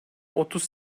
otuz